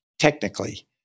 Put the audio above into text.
Technically